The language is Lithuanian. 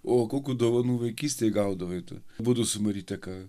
o kokių dovanų vaikystėj gaudavai tu abudu su maryte ką